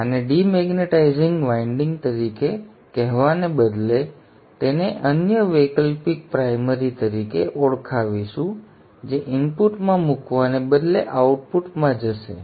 તેથી આને demagnetizing winding તરીકે કહેવાને બદલે અમે તેને અન્ય વૈકલ્પિક પ્રાઇમરી તરીકે ઓળખાવીશું જે ઇનપુટમાં મૂકવાને બદલે આઉટપુટ માં જશે